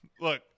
look